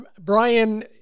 Brian